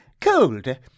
Cold